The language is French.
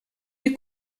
les